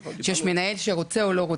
שיש מנהל שרוצה או לא רוצה,